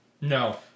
No